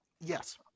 Yes